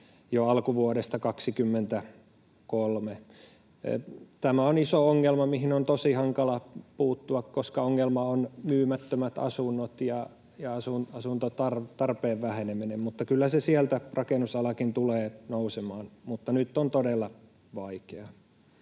jo alkuvuodesta 23. Tämä on iso ongelma, mihin on tosi hankala puuttua, koska ongelma ovat myymättömät asunnot ja asuntotarpeen väheneminen. Kyllä se rakennusalakin tulee sieltä nousemaan, mutta nyt on todella vaikeaa.